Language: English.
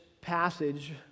passage